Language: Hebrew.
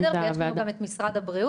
בסדר, יש לנו גם את משרד הבריאות.